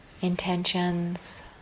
intentions